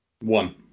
One